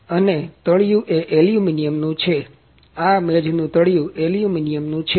અને તળિયું એ અલ્યુમિનિયમનું છે આ મેજનું તળિયું અલ્યુમિનિયમનું છે